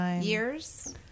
years